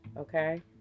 Okay